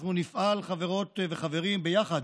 אנחנו נפעל, חברות וחברים, ביחד